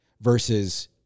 Versus